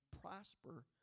prosper